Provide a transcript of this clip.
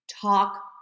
talk